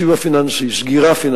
שהנזקים שלה כבדים ביותר, אני